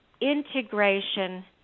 integration